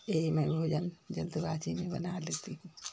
यही मैं भोजन जल्दबाजी में बना लेती हूँ